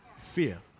Fear